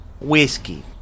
whiskey